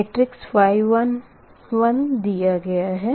matrix Y11 दिया गया है